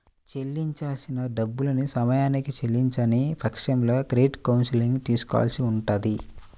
చెల్లించాల్సిన డబ్బుల్ని సమయానికి చెల్లించని పక్షంలో క్రెడిట్ కౌన్సిలింగ్ తీసుకోవాల్సి ఉంటది